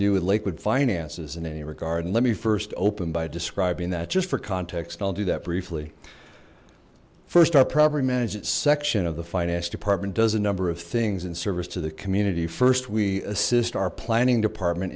do with lakewood finances in any regard let me first open by describing that just for context i'll do that briefly first our property manager section of the finance department does a number of things in service to the community first we assist our planning department